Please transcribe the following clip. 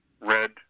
red